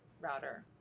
router